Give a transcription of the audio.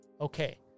Okay